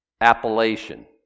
appellation